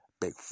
Big